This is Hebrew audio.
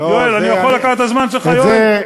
יואל, אני יכול לקחת את הזמן שלך, יואל?